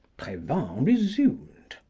prevan resumed,